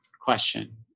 question